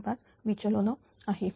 0235 विचलन आहे